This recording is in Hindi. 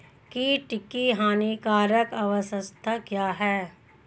कीट की हानिकारक अवस्था क्या है?